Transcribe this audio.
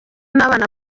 n’abana